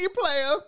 player